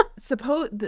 suppose